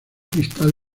cristal